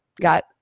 got